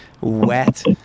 wet